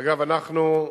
אגב, אנחנו,